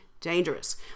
dangerous